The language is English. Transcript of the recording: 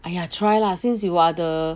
!aiya! try lah since you are the